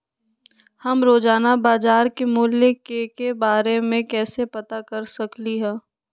हम रोजाना बाजार के मूल्य के के बारे में कैसे पता कर सकली ह?